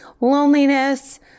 loneliness